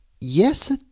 Yes